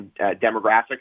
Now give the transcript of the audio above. demographics